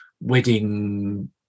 wedding